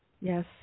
yes